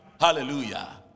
Hallelujah